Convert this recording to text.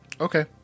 Okay